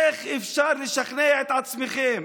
איך אפשר לשכנע את עצמכם?